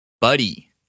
Buddy